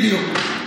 בדיוק.